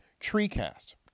#Treecast